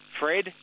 Fred